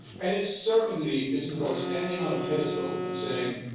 and it certainly isn't about standing on a pedestal and saying,